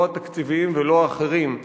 לא התקציביים ולא האחרים,